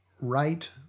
right